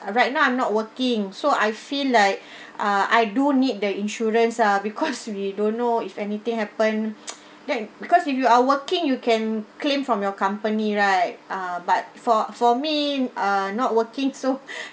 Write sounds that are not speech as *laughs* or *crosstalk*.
I right now I'm not working so I feel like *breath* ah I do need the insurance ah because *laughs* we don't know if anything happen *noise* then because if you are working you can claim from your company right ah but for for me uh not working so *breath*